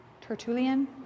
Tertullian